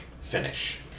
finish